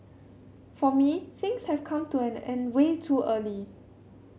for me things have come to an end way too early